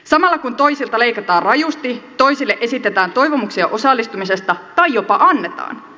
samalla kun toisilta leikataan rajusti toisille esitetään toivomuksia osallistumisesta tai jopa annetaan